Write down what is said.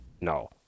No